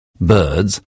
birds